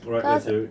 alright let's have it